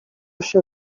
się